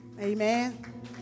Amen